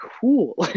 cool